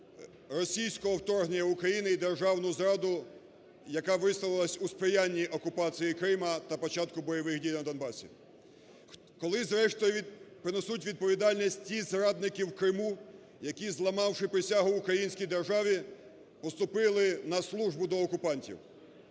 російського вторгнення в Україну і державну зраду, яка ……….. у сприянні окупації Криму та початку бойових дій на Донбасі; коли, зрештою, понесуть відповідальність ті зрадники в Криму, які, зламавши присягу українській державі, поступили на службу до окупантів.